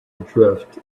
drift